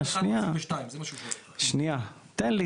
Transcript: תן לי.